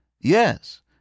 Yes